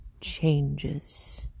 changes